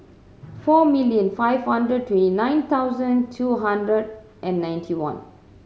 four million five hundred twenty nine thousand two hundred and ninety one